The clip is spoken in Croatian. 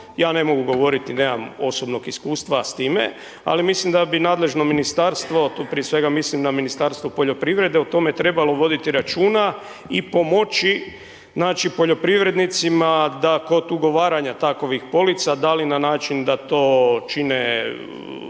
Ja ne mogu govoriti nemam osobnog iskustva s time, ali mislim da mi nadležno ministarstvo, tu prije mislim na Ministarstvo poljoprivrede o tome trebalo voditi računa i pomoći znači poljoprivrednicima da kod ugovaranja takovih polica, da li na način da to čine